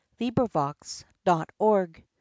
LibriVox.org